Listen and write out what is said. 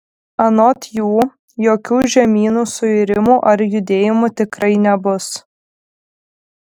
anot jų jokių žemynų suirimų ar judėjimų tikrai nebus